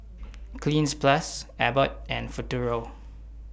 Cleanz Plus Abbott and Futuro